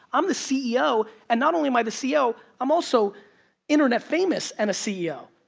i'm the ceo, and not only am i the ceo, i'm also internet famous and a ceo.